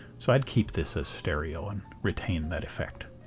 so i'd keep this as stereo and retain that effect.